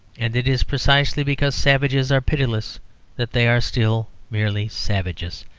and it is precisely because savages are pitiless that they are still merely savages.